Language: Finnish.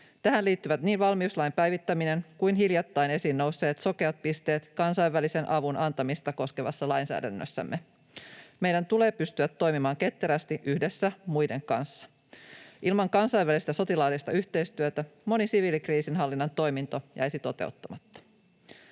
Tähän liittyvät niin valmiuslain päivittäminen kuin hiljattain esiin nousseet sokeat pisteet kansainvälisen avun antamista koskevassa lainsäädännössämme. Meidän tulee pystyä toimimaan ketterästi yhdessä muiden kanssa. Ilman kansainvälistä sotilaallista yhteistyötä moni siviilikriisinhallinnan toiminto jäisi toteuttamatta.